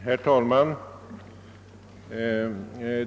Herr talman!